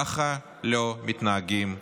ככה לא מתנהגים אחים.